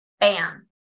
Bam